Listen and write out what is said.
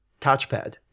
touchpad